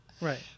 Right